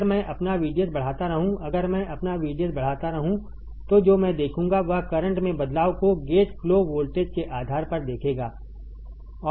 अगर मैं अपना VDS बढ़ाता रहूँ अगर मैं अपना VDS बढ़ाता रहूँ तो जो मैं देखूँगा वह करंट में बदलाव को गेट फ्लो वोल्टेज के आधार पर देखेगा